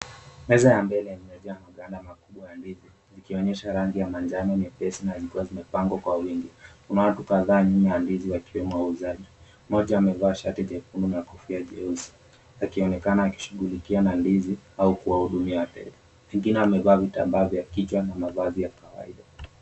Meza ya mbele imejaa maganda makubwa ya ndizi, ikionyesha rangi ya manjano nyepesi na zikiwa zimepangwa kwa wingi. Kuna watu kadhaa nyuma ya ndizi, wakiwemo wauzaji. Mmoja amevaa shati nyekundu na kofia jeusi, akionekana akishughulikia mandizi au kuwahudumia wateja. Wengine wamevaa vitambaa vya kichwa na mavazi ya kawaida.